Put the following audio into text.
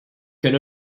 can